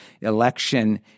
election